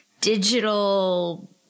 digital